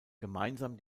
gemeinsam